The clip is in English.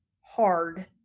hard